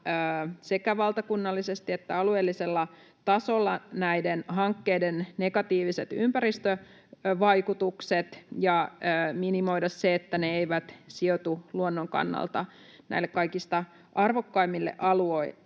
sekä valtakunnallisesti että alueellisella tasolla näiden hankkeiden negatiiviset ympäristövaikutukset ja minimoimaan niin, että ne eivät sijoitu luonnon kannalta kaikista arvokkaimmille alueille,